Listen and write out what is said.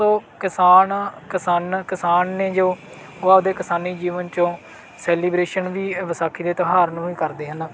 ਸੋ ਕਿਸਾਨ ਕਿਸਾਨ ਕਿਸਾਨ ਨੇ ਜੋ ਉਹ ਆਪਣੇ ਕਿਸਾਨੀ ਜੀਵਨ 'ਚੋਂ ਸੈਲੀਬਰੇਸ਼ਨ ਵੀ ਵਿਸਾਖੀ ਦੇ ਤਿਉਹਾਰ ਨੂੰ ਹੀ ਕਰਦੇ ਹਨ